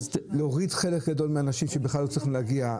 להוריד חלק גדול מן האנשים שבכלל לא צריכים להגיע.